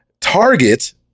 Target